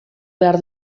behar